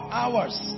hours